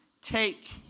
take